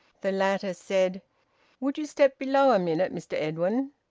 the latter said would you step below a minute, mr edwin?